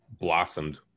blossomed